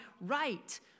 right